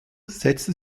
setze